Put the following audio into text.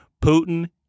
Putin